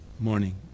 morning